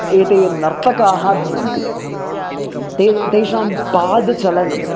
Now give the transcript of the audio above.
एते नर्तकाः भवन्ति ते तेषां पादचलनम्